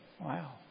Wow